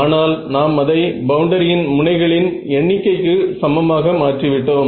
ஆனால் நாம் அதை பவுண்டரியின் முனைகளின் எண்ணிக்கைக்கு சமமாக மாற்றி விட்டோம்